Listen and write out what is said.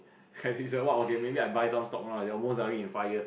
is a what okay maybe I buy some stock lah then most likely in five years